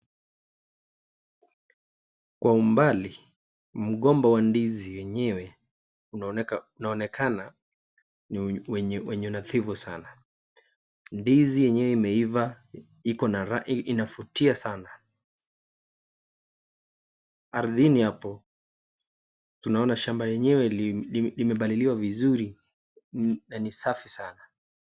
Kwa mbali, mgombo wa ndizi yenyewe unaonekana wenye nadhifu sana. Ndizi yenyewe imeiva ikona rangi inafutia sana. Ardhini hapo, tunaona shamba limepaliliwa vizuri nanisafi sana.